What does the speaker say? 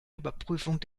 überprüfung